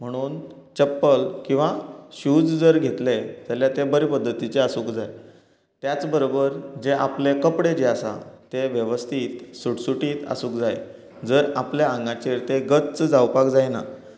म्हणून चप्पल किंवां शूज जर घेतले जाल्यार तें बरें पध्दतीचे आसूंक जाय त्याच बरोबर जे आपले कपडे जे आसा तें वेवस्थीत सुटसुटीत आसूंक जाय जर आपल्या आंगांचेर तें गच्च जावपाक जायना